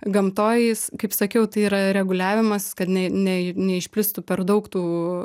gamtoj jis kaip sakiau tai yra reguliavimas kad ne ne neišplistų per daug tų